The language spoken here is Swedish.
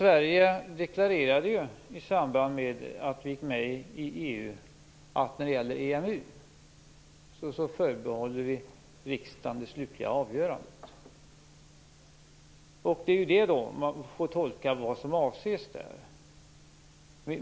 Sverige deklarerade ju i samband med att vi gick med i EU att vi förbehåller riksdagen det slutliga avgörandet när det gäller EMU. Det är vad som avses där som man får tolka.